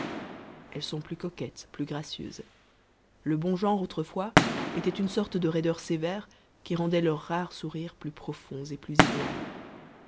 elles sont plus coquettes plus gracieuses le bon genre autrefois était une sorte de raideur sévère qui rendait leur rare sourire plus profond et plus idéal